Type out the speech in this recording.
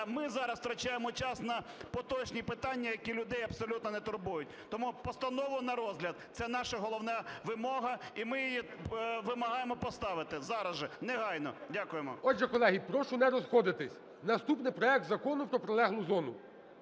ми зараз втрачаємо час на поточні питання, які людей абсолютно не турбують. Тому постанову на розгляд – це наша головна вимога, і ми її вимагаємо поставити зараз же, негайно. Дякуємо. ГОЛОВУЮЧИЙ. Отже, колеги, прошу не розходитись. Наступний проект Закону про прилеглу зону,